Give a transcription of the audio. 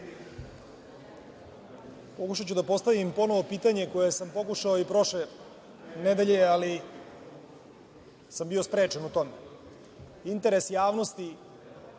da postavim ponovo pitanje koje sam pokušao i prošle nedelje, ali sam bio sprečen u tome. Interes javnosti